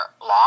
law